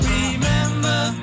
Remember